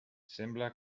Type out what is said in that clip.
sembla